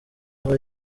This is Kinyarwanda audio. aba